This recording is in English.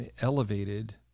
elevated